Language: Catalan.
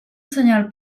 senyal